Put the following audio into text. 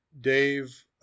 Dave